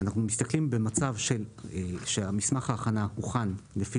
אנחנו מסתכלים במצב שמסמך ההכנה הוכן לפי